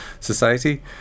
society